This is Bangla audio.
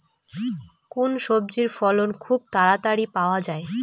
কোন সবজির ফলন খুব তাড়াতাড়ি পাওয়া যায়?